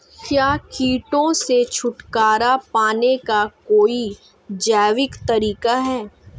क्या कीटों से छुटकारा पाने का कोई जैविक तरीका है?